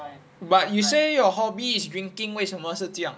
but you say your hobbies drinking 为什么是这样